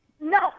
no